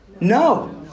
No